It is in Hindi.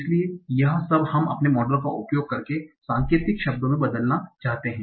इसलिए यह सब हम अपने मॉडलों का उपयोग करके सांकेतिक शब्दों में बदलना चाहते हैं